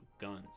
guns